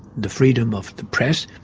the freedom of the press,